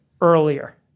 earlier